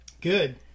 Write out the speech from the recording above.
Good